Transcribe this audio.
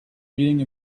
reading